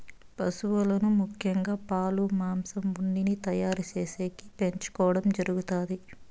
పసువులను ముఖ్యంగా పాలు, మాంసం, ఉన్నిని తయారు చేసేకి పెంచుకోవడం జరుగుతాది